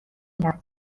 رود